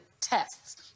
tests